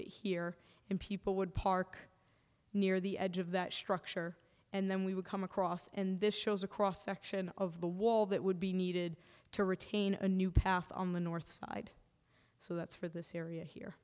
it here and people would park near the edge of that structure and then we would come across and this shows a cross section of the wall that would be needed to retain a new path on the north side so that's for this area here